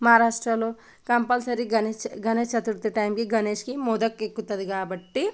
మహారాష్ట్రలో కంపల్సరీ గణేష్ చ గణేష్ చతుర్థి టైమ్కి గణేష్కి మోదక్ ఎక్కుతుంది కాబట్టి